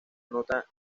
nota